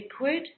liquid